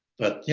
but you